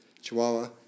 Chihuahua